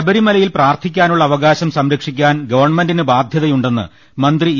ശബരിമലയിൽ പ്രാർത്ഥിക്കാനുള്ള അവകാശം സംരക്ഷിക്കാൻ ഗവൺമെന്റിന് ബാധ്യതയുണ്ടെന്ന് മന്ത്രി ഇ